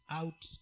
out